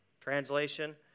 Translation